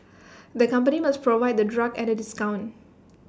the company must provide the drug at A discount